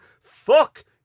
fuck